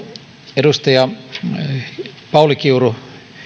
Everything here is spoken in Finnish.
edustaja pauli kiuru